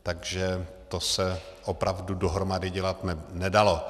Takže to se opravdu dohromady dělat nedalo.